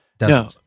No